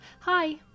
Hi